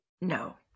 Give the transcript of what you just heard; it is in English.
No